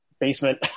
basement